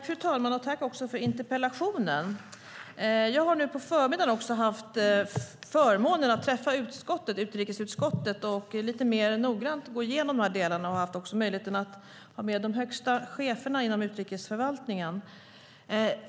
Fru talman! Tack, Kenneth G Forslund, för interpellationen! Jag har nu på förmiddagen haft förmånen att träffa utrikesutskottet för att lite mer noggrant gå igenom de här delarna, och jag hade också möjligheten att ha med de högsta cheferna inom utrikesförvaltningen.